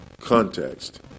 context